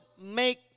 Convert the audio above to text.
make